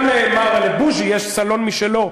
גם למר בוז'י יש סלון משלו,